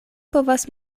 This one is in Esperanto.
povas